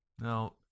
Now